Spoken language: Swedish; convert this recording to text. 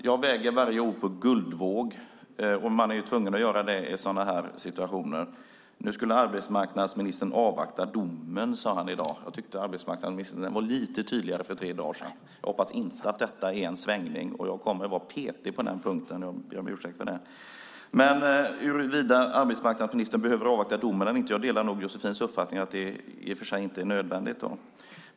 Jag väger varje ord på guldvåg; man är tvungen att göra det i sådana här situationer. Nu skulle arbetsmarknadsministern avvakta domen. Jag tycker att arbetsmarknadsministern var lite tydligare för tre dagar sedan. Jag hoppas att detta inte är en svängning, och jag kommer att vara petig på den här punkten. Beträffande huruvida arbetsmarknadsministern behöver avvakta domen eller inte delar jag Josefins uppfattning att det i och för sig inte är nödvändigt.